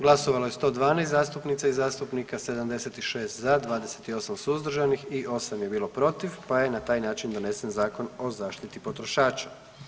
Glasovalo je 112 zastupnica i zastupnika, 76 za, 28 suzdržanih i 8 je bilo protiv pa je na taj način donesen Zakon o zaštiti potrošača.